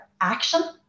action